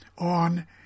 on